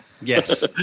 Yes